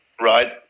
right